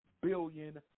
billion